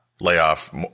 layoff